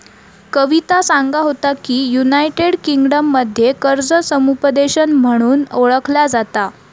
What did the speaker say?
कविता सांगा होता की, युनायटेड किंगडममध्ये कर्ज समुपदेशन म्हणून ओळखला जाता